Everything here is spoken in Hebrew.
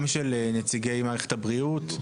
גם של נציגי מערכת הבריאות,